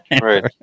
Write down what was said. Right